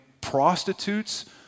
prostitutes